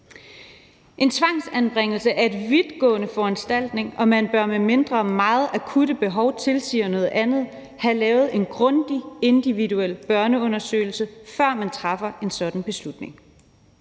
En tvangsanbringelse er en vidtgående foranstaltning, og man bør, medmindre meget akutte behov tilsiger noget andet, have lavet en grundig, individuel børneundersøgelse, før man træffer en sådan beslutning,